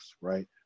right